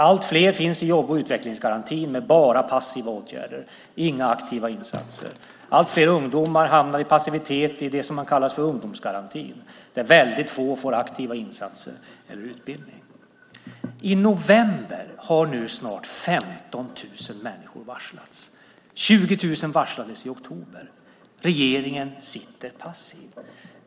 Allt fler finns i jobb och utvecklingsgarantin med bara passiva åtgärder och inga aktiva insatser. Allt fler ungdomar hamnar i passivitet i det som har kallats för ungdomsgarantin, där väldigt få får aktiva insatser eller utbildning. I november har nu snart 15 000 människor varslats. 20 000 varslades i oktober. Regeringen sitter passiv.